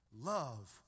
Love